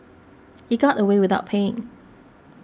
he got away without paying